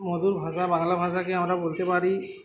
মজুর ভাষা বাংলা ভাষাকে আমরা বলতে পারি